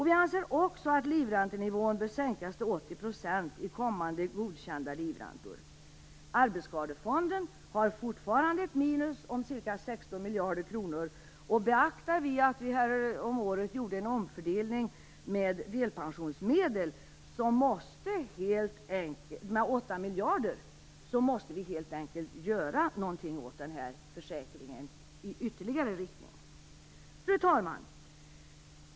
Vi anser också att livräntenivån bör sänkas till 80 % i kommande godkända livräntor. Arbetsskadefonden har fortfarande ett minus med ca 16 miljarder kronor, och beaktar vi att vi häromåret gjorde en omfördelning med delpensionsmedel om ca 8 miljarder kronor måste vi helt enkelt göra någonting åt denna försäkring i ytterligare en riktning. Fru talman!